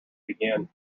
begin